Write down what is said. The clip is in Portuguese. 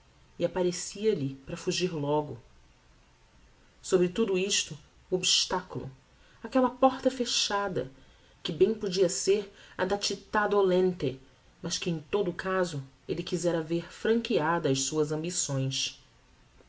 e apparecia lhe para fugir logo sobre tudo isto o obstaculo aquella porta fechada que bem podia ser a da cittá dolente mas que em todo o caso elle quizera ver franqueada ás suas ambições